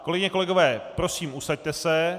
Kolegyně, kolegové, prosím, usaďte se!